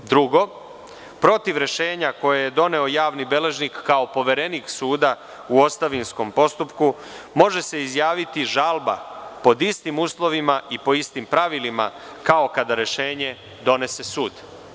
Drugo, protiv rešenja koja je doneo javni beležnik kao poverenik suda u ostavinskom postupku može se izjaviti žalba po istim uslovima i po istim pravilima kao kada rešenje donese sud.